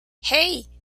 hey